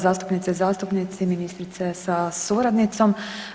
Zastupnice i zastupnici, ministrice sa suradnicom.